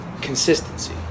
consistency